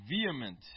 vehement